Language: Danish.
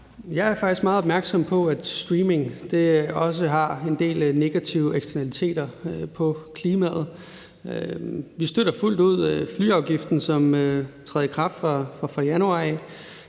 faktisk meget opmærksom på, at streaming også har en del negative eksternaliteter i forhold til klimaet. Vi støtter fuldt ud flyafgiften, som træder i kraft fra januar.